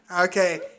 okay